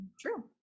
true